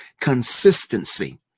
consistency